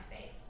faith